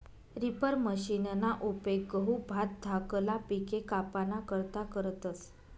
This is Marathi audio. रिपर मशिनना उपेग गहू, भात धाकला पिके कापाना करता करतस